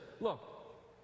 look